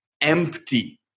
empty